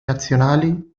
nazionali